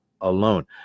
alone